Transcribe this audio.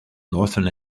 northern